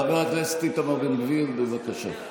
חבר הכנסת איתמר בן גביר, בבקשה.